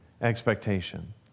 expectation